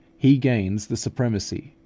he gains the supremacy.